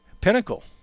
Pinnacle